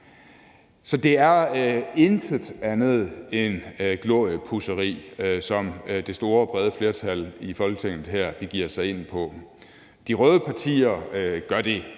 Så det er intet andet end gloriepudseri, som det store, brede flertal i Folketinget her begiver sig ind på. De røde partier gør det